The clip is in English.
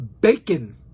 bacon